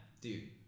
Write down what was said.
dude